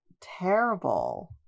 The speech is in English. Terrible